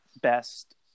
best